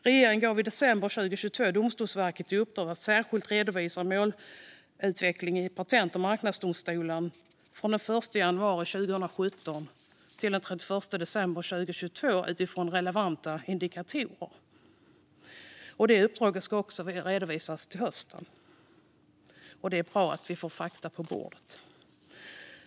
Regeringen gav i december 2022 Domstolsverket i uppdrag att särskilt redovisa målutvecklingen i patent och marknadsdomstolarna för perioden den 1 januari 2017 till den 31 december 2022 utifrån relevanta indikatorer. Det uppdraget ska också redovisas till hösten. Det är bra att vi får fakta på bordet.